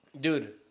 Dude